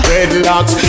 Redlocks